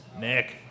Nick